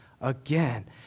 again